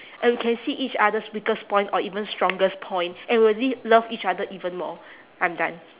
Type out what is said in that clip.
and we can see each other's weakest point or even strongest point and we'll lea~ love each other even more I'm done